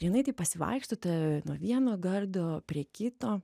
jinai taip pasivaikšto ta nuo vieno gardo prie kito